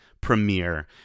premiere